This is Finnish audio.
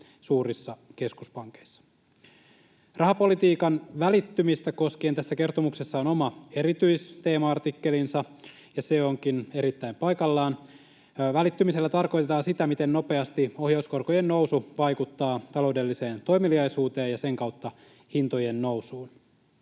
suurissa keskuspankeissa. Rahapolitiikan välittymistä koskien tässä kertomuksessa on oma erityisteema-artikkelinsa, ja se onkin erittäin paikallaan. Välittymisellä tarkoitetaan sitä, miten nopeasti ohjauskorkojen nousu vaikuttaa taloudelliseen toimeliaisuuteen ja sen kautta hintojen nousuun.